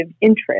interest